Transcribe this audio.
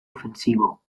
ofensivo